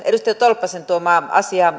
edustaja tolppasen esille tuomaa asiaa